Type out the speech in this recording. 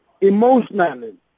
emotionally